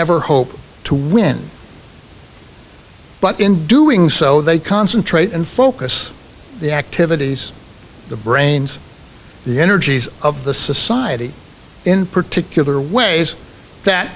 ever hope to win but in doing so they concentrate and focus the activities the brains the energies of the society in particular ways that